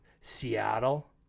Seattle